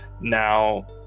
now